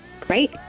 Great